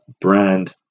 brand